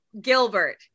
Gilbert